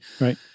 Right